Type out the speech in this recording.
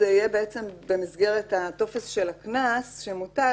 זה יהיה במסגרת הטופס של הקנס שמוטל